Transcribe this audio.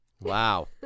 Wow